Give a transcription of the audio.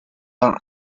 are